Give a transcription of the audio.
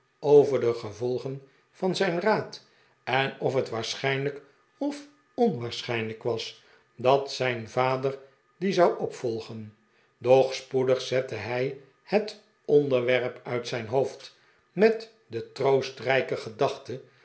over de gevolgen van zijn raad en of het waarsehijnlijk of onwaarschijnlijk was dat zijn vader d en zou opvolgen doch spoedig zette hij het onderwerp uit zijn hoofd met de troostrijke gedachte